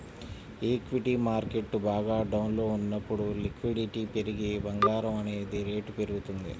equity market బాగా డౌన్లో ఉన్నప్పుడు లిక్విడిటీ పెరిగి బంగారం అనేది రేటు పెరుగుతుంది